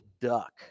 duck